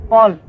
Paul